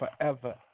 forever